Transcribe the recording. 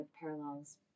parallels